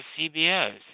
CBS